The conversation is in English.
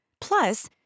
Plus